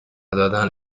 دادن